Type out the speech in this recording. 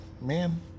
Man